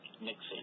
Nixon